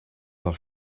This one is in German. noch